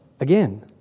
again